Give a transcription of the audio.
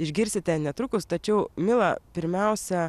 išgirsite netrukus tačiau mila pirmiausia